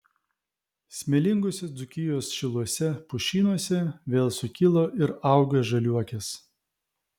smėlinguose dzūkijos šiluose pušynuose vėl sukilo ir auga žaliuokės